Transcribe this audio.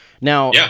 now